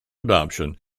adoption